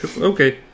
Okay